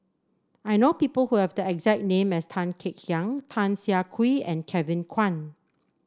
I know people who have the exact name as Tan Kek Hiang Tan Siah Kwee and Kevin Kwan